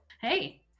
Hey